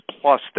plus